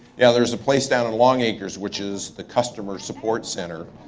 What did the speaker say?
yeah, there's a place down at longacres, which is the customers support center.